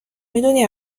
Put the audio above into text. میدونی